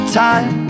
time